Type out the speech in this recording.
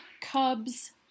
Cubs